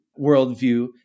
worldview